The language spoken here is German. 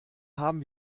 haben